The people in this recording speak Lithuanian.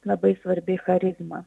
labai svarbi charizma